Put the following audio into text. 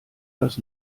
das